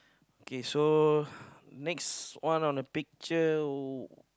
okay so next one on the picture would